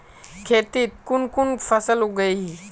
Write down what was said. खेतीत कुन कुन फसल उगेई?